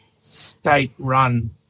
state-run